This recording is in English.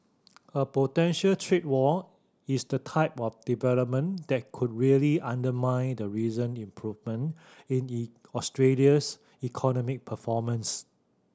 a potential trade war is the type of development that could really undermine the recent improvement in Australia's economic performance